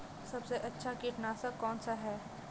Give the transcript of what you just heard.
सबसे अच्छा कीटनाशक कौनसा है?